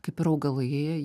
kaip ir augalai